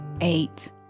Eight